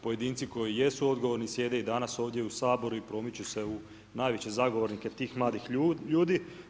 Pojedinci koji jesu odgovorni sjede i danas ovdje u Saboru i promiču se u najveće zagovornike tih mladih ljudi.